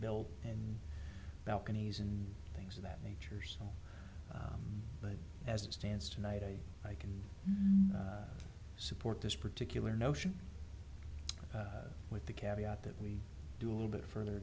built and balconies and things of that natures but as it stands tonight i can support this particular notion with the carry out that we do a little bit further